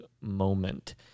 moment